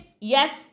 Yes